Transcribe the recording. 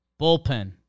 bullpen